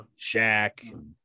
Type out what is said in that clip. Shaq